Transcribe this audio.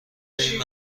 این